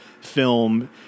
film –